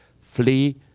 flee